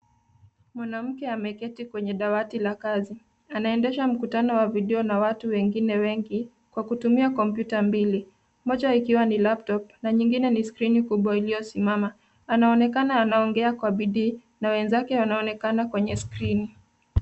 Mwanamke ameketi kwenye dawati la kazi. Anaendesha mkutano wa video na watu wengine wengi kwa kutumia kompyuta mbili, moja ikiwa ni laptop na nyingine skrini kubwa iliyosimama. Anaonekana anaongea kwa bidii na wenzake wanaonekana kwenye skrini.